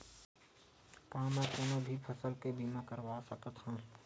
का मै ह कोनो भी फसल के बीमा करवा सकत हव?